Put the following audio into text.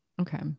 Okay